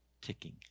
ticking